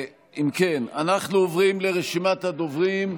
אם כן, אנחנו עוברים לרשימת הדוברים.